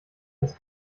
das